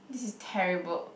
this is terrible